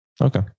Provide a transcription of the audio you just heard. Okay